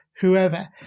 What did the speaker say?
whoever